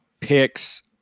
picks